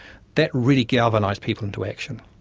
that really galvanised people into action.